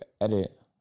edit